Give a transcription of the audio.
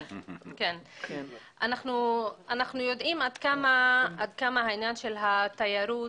אנחנו יודעים עד כמה העניין של התיירות,